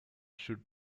should